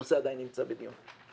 הנושא עדיין נמצא בדיון.